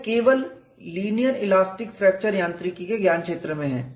यह केवल linear elastic fracture यांत्रिकी के ज्ञान क्षेत्र में है